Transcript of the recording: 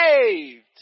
saved